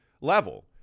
level